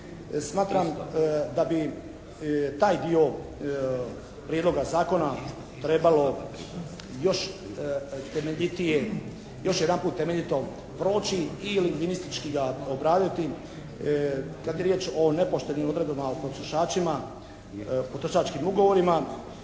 Smatram da bi taj dio Prijedloga zakona trebalo još temeljitije, još jedanput temeljito proći i lingvinistički ga obraditi kad je riječ o nepoštenim odredbama o potrošačima,